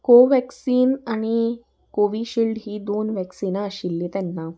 कोव्हॅक्सिन आनी कोविशिल्ड हीं दोन वॅक्सिनां आशिल्लीं तेन्ना